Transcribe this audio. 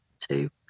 two